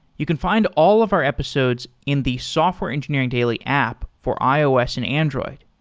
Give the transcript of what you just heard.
you can find all of our episodes in the software engineering daily app for ios and android.